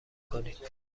کنید